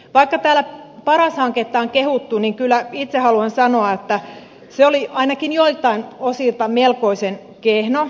vaikka täällä paras hanketta on kehuttu niin kyllä itse haluan sanoa että se oli ainakin joiltain osilta melkoisen kehno